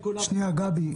--- גבי,